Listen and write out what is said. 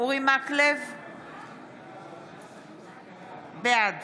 בעד